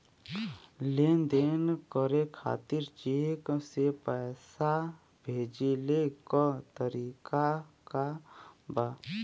लेन देन करे खातिर चेंक से पैसा भेजेले क तरीकाका बा?